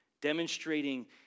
Demonstrating